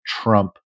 Trump